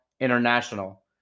International